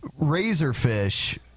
Razorfish